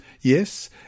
Yes